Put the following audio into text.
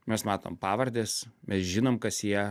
mes matom pavardes mes žinom kas jie